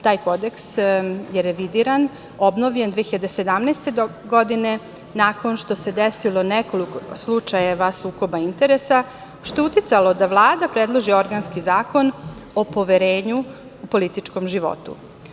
Taj kodeks je revidiran, obnovljen 2017. godine, nakon što se desilo nekoliko slučajeva sukoba interesa, što je uticalo da Vlada predloži organski zakon o poverenju u političkom životu.